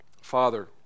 Father